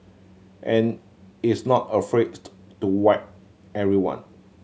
and is not afraid to whack everyone